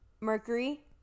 Mercury